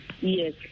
Yes